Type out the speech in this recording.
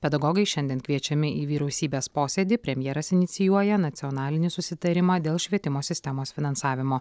pedagogai šiandien kviečiami į vyriausybės posėdį premjeras inicijuoja nacionalinį susitarimą dėl švietimo sistemos finansavimo